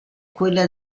quella